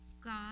God